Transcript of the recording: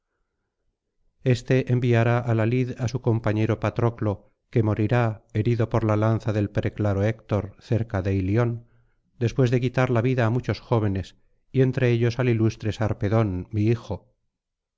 éste enviará á la lid á su compañero patroclo que morirá herido por la lanza del preclaro héctor cerca de ilion después de quitar la vida á muchos jóvenes y entre ellos al ilustre sarpedón mi hijo